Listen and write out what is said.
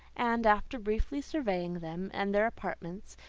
and, after briefly surveying them and their apartments,